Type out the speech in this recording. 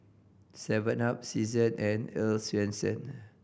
seven up Season and Earl's Swensens